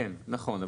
נכון,